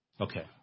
Okay